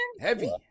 heavy